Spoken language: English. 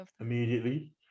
immediately